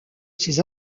ces